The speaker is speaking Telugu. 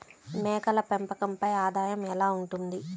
మేకల పెంపకంపై ఆదాయం ఎలా ఉంటుంది?